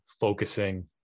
focusing